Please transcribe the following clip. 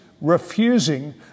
refusing